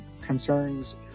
concerns